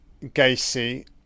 Gacy